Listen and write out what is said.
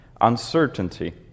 Uncertainty